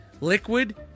liquid